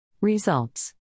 Results